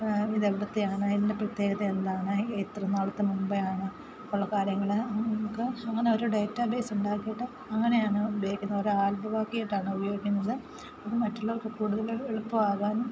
ഇത് എവിടത്തെയാണ് ഇതിന്റെ പ്രത്യേകത എന്താണ് എത്ര നാളത്തെ മുൻപേയാണ് ഉള്ള കാര്യങ്ങൾ നമുക്ക് അങ്ങനെ ഒരു ഡാറ്റബേയ്സ് ഉണ്ടാക്കിയിട്ട് അങ്ങനെയാണ് ഉപയോഗിക്കുന്നത് ഒരു ആൽബമാക്കിയിട്ടാണ് ഉപയോഗിക്കുന്നത് ഇത് മറ്റുള്ളവർക്ക് കൂടുതൽ എളുപ്പമാകാനും